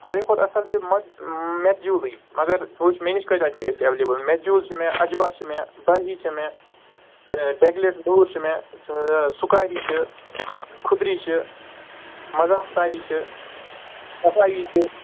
سارِوٕے کھۄتہٕ اَصٕل چھُے میجوٗلٕے مگر ژٕ وُچھِ مےٚ نِش کٔتیٛاہ کٔتیٛاہ چھِ ایٚویلیبُل میجوٗل چھِ مےٚ اجوا چھِ مےٚ برہی چھِ مےٚ ڈیگلیٹ نوٗر چھِ مےٚ سُکاری چھِ خودری چھِ مزا اَفتاری چھِ سفاری چھِ